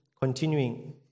continuing